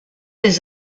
his